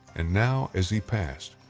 and now as he passed,